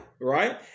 right